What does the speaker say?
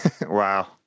Wow